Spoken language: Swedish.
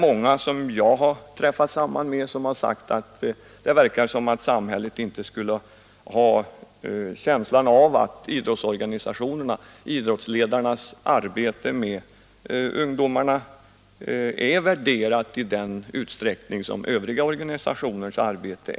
Många som jag har träffat har sagt att det verkar som om samhället inte hade känslan av att idrottsorganisationernas och idrottsledarnas arbete med ungdomarna skulle värderas i samma utsträckning som övriga organisationers arbete.